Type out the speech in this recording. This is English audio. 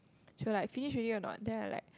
she will like finish already or not then I like